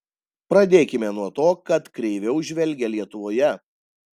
pradėkime nuo to kad kreiviau žvelgia lietuvoje